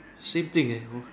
same thing eh hor